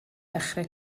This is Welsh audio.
ddechrau